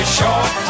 short